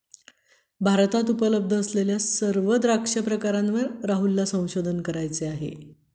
भारतात उपलब्ध असलेल्या सर्व द्राक्ष प्रकारांवर राहुलला संशोधन करायचे आहे